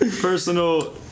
Personal